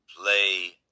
Play